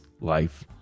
life